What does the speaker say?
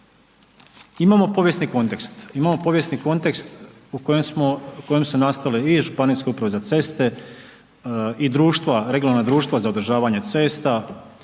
imamo povijesni kontekst u kojem smo, u kojem su nastale i ŽUC-evi i društva, regionalna društva za održavanje cesta,